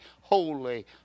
holy